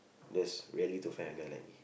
just rarely to find a guy like me